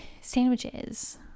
sandwiches